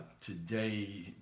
Today